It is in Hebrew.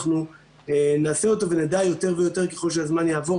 אנחנו נעשה אותו ונדע יותר ויותר ככל שהזמן יעבור.